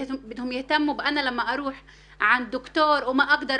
40 דקות